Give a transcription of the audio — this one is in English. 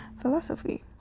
philosophy